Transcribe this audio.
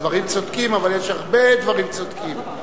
הדברים צודקים, אבל יש הרבה דברים צודקים.